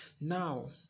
Now